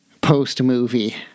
post-movie